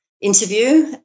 interview